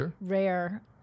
Rare